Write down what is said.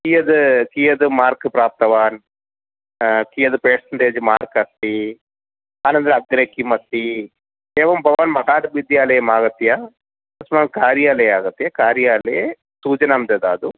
कियद् कियद् मार्क् प्राप्तवान् कियद् पेर्सेण्टेज् मार्क् अस्ति अनन्तरम् अग्रे किमस्ति एवं भवान् महाविद्यालयम् आगत्य अस्माकं कार्यालये सूचनां ददातु